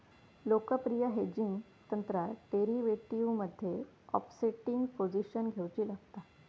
लोकप्रिय हेजिंग तंत्रात डेरीवेटीवमध्ये ओफसेटिंग पोझिशन घेउची लागता